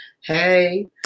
Hey